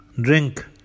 drink